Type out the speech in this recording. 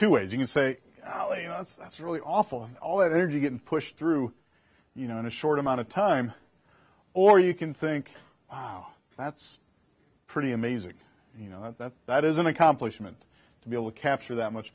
two ways you can say you know that's that's really awful and all that energy getting pushed through you know in a short amount of time or you can think wow that's pretty amazing you know that that is an accomplishment to be able to capture that much